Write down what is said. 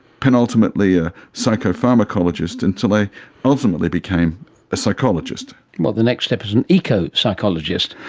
penultimately a psychopharmacologist, until i ultimately became a psychologist. well, the next step is an eco-psychologist.